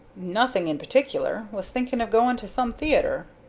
nothing in particular. was thinking of going to some theatre.